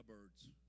birds